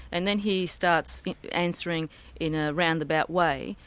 and then he starts answering in a roundabout way,